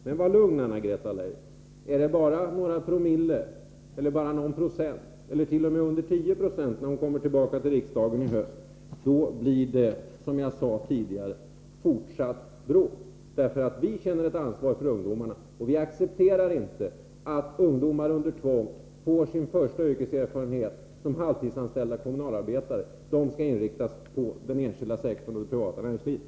Men var säker på, Anna-Greta Leijon, att det blir fortsatt bråk — som jag sade tidigare — om det bara är några promille, bara någon procent eller över huvud taget under 10 96 i höst när arbetsmarknadsministern kommer tillbaka till riksdagen. Vi känner ett ansvar för ungdomarna, och vi accepterar inte att ungdomar under tvång får sin första yrkeserfarenhet som halvtidsanställda kommunalarbetare. De skall inriktas på den enskilda sektorn och det privata näringslivet.